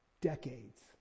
Decades